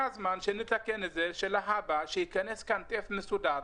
הזמן שנתקן את זה שלהבא שייכנס כאן טף מסודר.